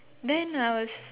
then I was